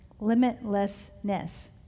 Limitlessness